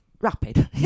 rapid